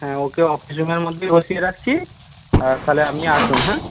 হ্যাঁ ওকে হসপিটালের মধ্যেই বসিয়ে রাখছি তাহলে আপনি আসুন হ্যাঁ